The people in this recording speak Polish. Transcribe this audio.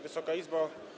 Wysoka Izbo!